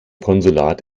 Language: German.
konsulat